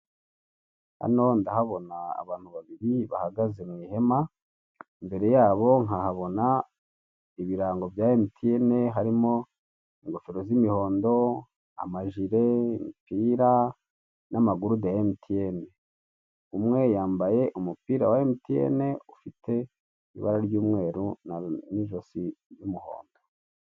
Hano ndahabona abantu babiri bahagaze mu ihema, imbere yabo nkahabona ibirango bya MTN harimo ingofero z'imihondo amajire, impira n'amagurude ya MTN, umwe yambaye umupira wa MTN ufite ibara ry'umweru n'ijosi ry'umuhondo.